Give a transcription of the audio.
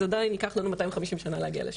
אז עדיין יקח לנו 250 שנה להגיע לשם.